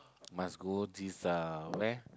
must go this ah where